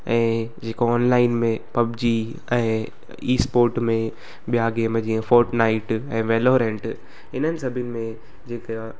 ऐं जेको ऑनलाइन में पबजी ऐं ई स्पोट में ॿिया गेम जीअं फोट नाइट ऐं वैलोरेंट इन्हनि सभिनि में जेका